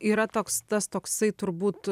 yra toks tas toksai turbūt